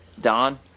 Don